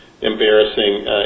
embarrassing